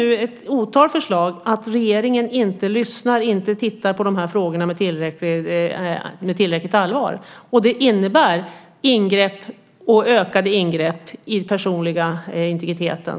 Ett otal förslag visar att regeringen inte tar sig an de här frågorna med tillräckligt allvar. Det förslag som läggs på kammarens bord innebär ökade ingrepp i den personliga integriteten.